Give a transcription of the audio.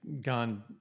gone